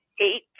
eight